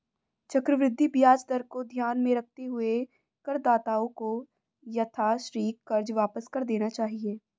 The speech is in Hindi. चक्रवृद्धि ब्याज दर को ध्यान में रखते हुए करदाताओं को यथाशीघ्र कर्ज वापस कर देना चाहिए